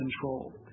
control